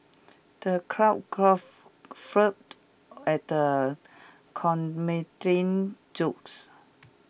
the crowd at the comedian's jokes